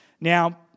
Now